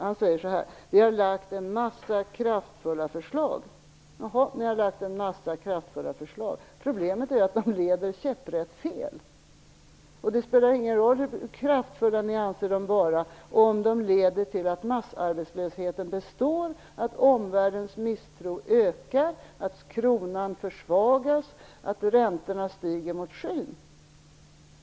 Han säger: Vi har lagt fram en massa kraftfulla förslag. Jaha, men problemet är att de leder käpprätt fel! Det spelar ingen roll hur kraftfulla ni anser dem vara om de leder till att massarbetslösheten består, att omvärldens misstro ökar, att kronan försvagas och att räntorna stiger mot skyn.